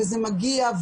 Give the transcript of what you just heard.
וזה מגיע,